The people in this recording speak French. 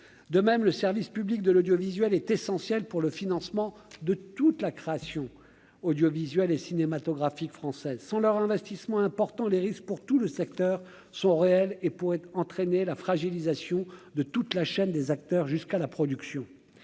de même le service public de l'audiovisuel est essentiel pour le financement de toute la création audiovisuelle et cinématographique française sans leur investissement importants les risques pour tout le secteur sont réels et pour être entraîner la fragilisation de toute la chaîne des acteurs jusqu'à la production,